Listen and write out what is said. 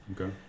Okay